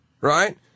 right